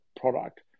product